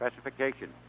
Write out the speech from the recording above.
Specification